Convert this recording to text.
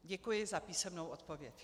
Děkuji za písemnou odpověď.